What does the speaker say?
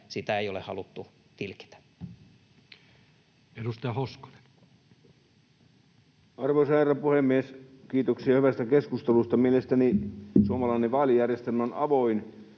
vuoden 2021 kuntavaaleissa Time: 17:26 Content: Arvoisa herra puhemies! Kiitoksia hyvästä keskustelusta. Mielestäni suomalainen vaalijärjestelmä on avoin.